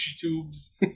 tubes